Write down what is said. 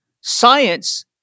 science